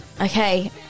Okay